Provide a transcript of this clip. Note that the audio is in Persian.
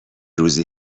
روزی